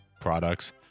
products